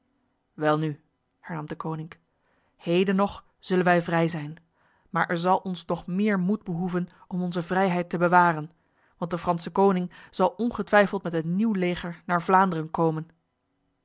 welnu hernam deconinck heden nog zullen wij vrij zijn maar er zal ons nog meer moed behoeven om onze vrijheid te bewaren want de franse koning zal ongetwijfeld met een nieuw leger naar vlaanderen komen